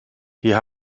hier